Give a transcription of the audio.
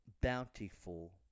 bountiful